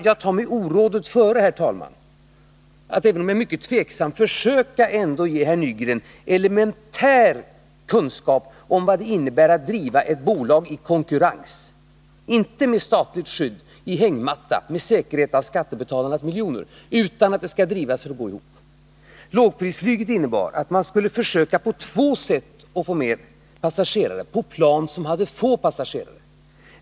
Jag tar mig orådet före, även om jag är mycket tveksam, att försöka ge herr Nygren elementär kunskap om vad det innebär att driva ett bolag i konkurrens — inte med statligt stöd, i hängmatta, med säkerhet i skattebetalarnas miljoner, utan det skall drivas för att gå ihop. Lågprisflyget innebar att man på två sätt skulle försöka få mer passagerare på plan som hade få passagerare.